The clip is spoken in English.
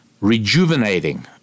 rejuvenating